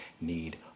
need